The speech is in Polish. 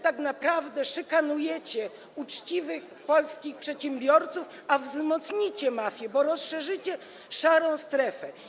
Tak naprawdę szykanujecie uczciwych polskich przedsiębiorców, a wzmocnicie mafię, bo rozszerzycie szarą strefę.